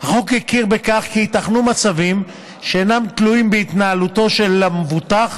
החוק הכיר בכך כי ייתכנו מצבים שאינם תלויים בהתנהלותו של המבוטח